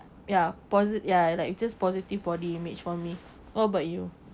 ya posi~ ya like you just positive body image for me what about you